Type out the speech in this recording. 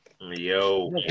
Yo